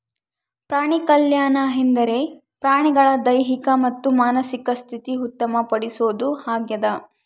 ಪ್ರಾಣಿಕಲ್ಯಾಣ ಎಂದರೆ ಪ್ರಾಣಿಗಳ ದೈಹಿಕ ಮತ್ತು ಮಾನಸಿಕ ಸ್ಥಿತಿ ಉತ್ತಮ ಪಡಿಸೋದು ಆಗ್ಯದ